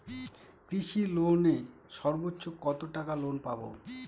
কৃষি লোনে সর্বোচ্চ কত টাকা লোন পাবো?